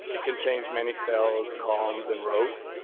it contains many cells, columns and rows.